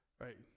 right